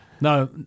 No